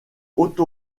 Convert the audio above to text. otto